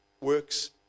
works